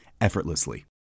effortlessly